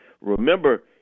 remember